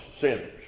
sinners